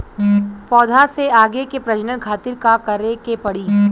पौधा से आगे के प्रजनन खातिर का करे के पड़ी?